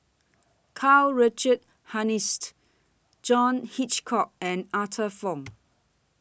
Karl Richard Hanitsch John Hitchcock and Arthur Fong